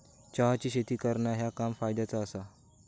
चहाची शेती करणा ह्या काम फायद्याचा आसा